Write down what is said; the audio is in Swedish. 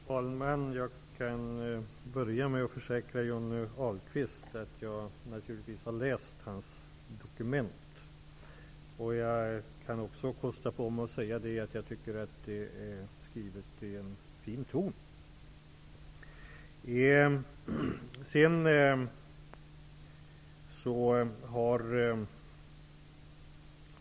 Herr talman! Jag kan börja med att försäkra Johnny Ahlqvist att jag naturligtvis har läst hans dokument. Jag kan också kosta på mig att säga att jag tycker att det är skrivet i en fin ton.